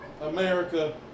America